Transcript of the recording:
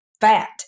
fat